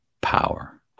power